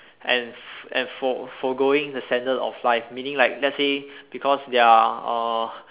and and for forgoing the standard of life meeting like let's say because they are